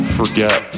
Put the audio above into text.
forget